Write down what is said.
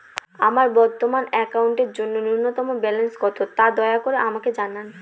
আমার বর্তমান অ্যাকাউন্টের জন্য ন্যূনতম ব্যালেন্স কত, তা দয়া করে আমাকে জানান